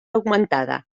augmentada